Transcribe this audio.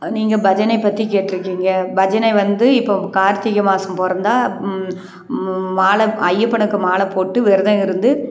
நீங்கள் பஜனை பற்றி கேட்டுருக்கீங்க பஜனை வந்து இப்போ கார்த்திகை மாதம் பிறந்தா மாலை ஐயப்பனுக்கு மாலை போட்டு விரதம் இருந்து